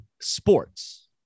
sports